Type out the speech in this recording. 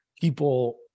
people